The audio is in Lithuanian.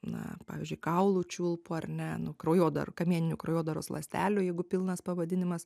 na pavyzdžiui kaulų čiulpų ar ne nu kraujodarų kamieninių kraujodaros ląstelių jeigu pilnas pavadinimas